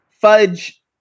Fudge